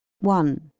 one